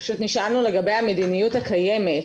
על המדיניות הקיימת,